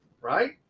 right